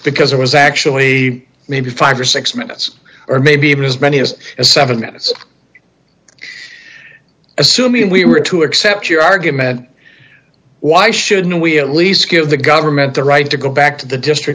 because it was actually maybe five or six minutes or maybe even as many as seven minutes assuming we were to accept your argument why shouldn't we at least give the government the right to go back to the district